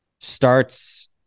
starts